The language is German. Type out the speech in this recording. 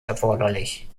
erforderlich